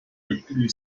quickly